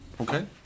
okay